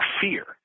fear